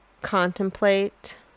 contemplate